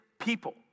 people